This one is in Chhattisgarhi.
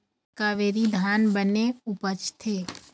कावेरी धान बने उपजथे?